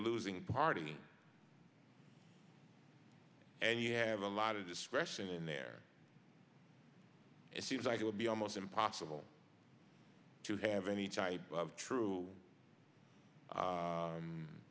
losing party and you have a lot of discretion in there it seems like it would be almost impossible to have any type of true